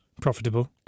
profitable